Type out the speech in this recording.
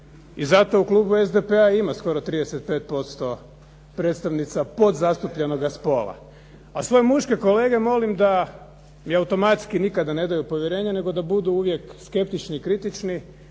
i zato u klubu SDP-a ima skoro 35% predstavnica podzastupljenoga spola. A svoje muške kolege mi automatski ne daju povjerenju, nego da budu uvijek skeptični i kritični